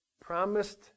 promised